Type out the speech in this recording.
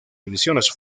divisiones